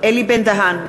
אלי בן-דהן,